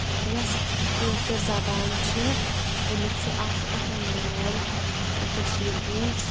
یۄس کٲشِر زَبان چھِ اَمیُک چھُ اکھ اَہم رول کٔشیٖر ہِندۍ